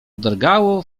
drgało